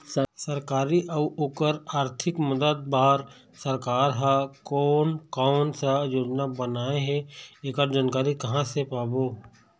सरकारी अउ ओकर आरथिक मदद बार सरकार हा कोन कौन सा योजना बनाए हे ऐकर जानकारी कहां से पाबो?